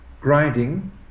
grinding